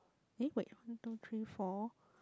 eh wait one two three four